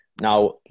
Now